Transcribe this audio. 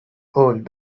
old